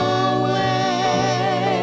away